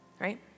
right